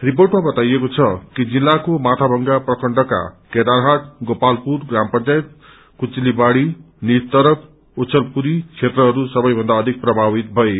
रिपोर्टमा बताइएको छ कि जिल्लाको माथाभांगा प्रखण्डका केदारहाट गोपालपुर ग्राम पंचायत कुचलीबाड़ी निजतरफ उछलपुरी क्षेत्रहरू संबैमन्दा अयिक प्रभावित भए